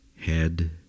head